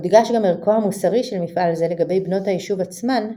הודגש גם ערכו המוסרי של מפעל זה לגבי בנות היישוב עצמן,